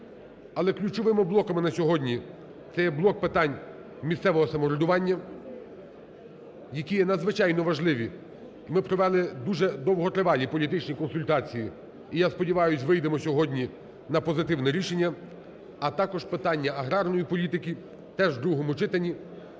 Але ключовими блоками на сьогодні це є блок питань місцевого самоврядування, які є надзвичайно важливі. Ми провели дуже довготривалі політичні консультації, і, я сподіваюсь, вийдемо сьогодні на позитивне рішення. А також питання аграрної політики теж в другому читанні,